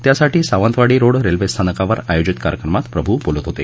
त्यासाठी Sawantwadi road railway स्थानकावर आयोजित कार्यक्रमात प्रभू बोलत होते